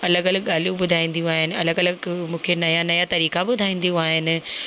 अलॻि अलॻि ॻाल्हियूं ॿुधाईंदियूं आहिनि अलॻि अलॻि मूंखे नया नया तरीक़ा ॿुधाईंदियूं आहिनि